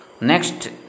next